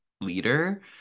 leader